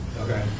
okay